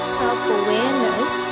self-awareness